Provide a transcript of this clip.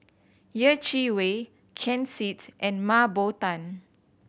Yeh Chi Wei Ken Seet and Mah Bow Tan